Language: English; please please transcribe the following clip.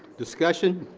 discussion.